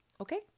Okay